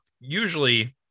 usually